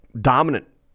dominant